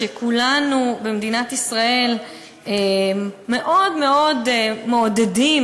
כולנו במדינת ישראל מאוד מאוד מעודדים,